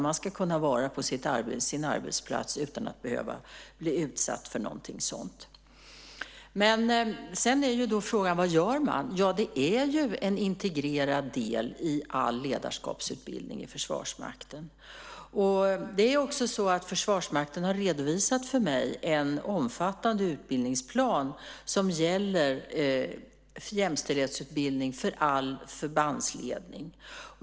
Man ska kunna vara på sin arbetsplats utan att behöva bli utsatt för något sådant. Sedan är frågan: Vad gör man? Det är ju en integrerad del av all ledarskapsutbildning i Försvarsmakten. Försvarsmakten har också för mig redovisat en omfattande utbildningsplan som gäller jämställdhetsutbildning för all förbandsledning.